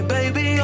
Baby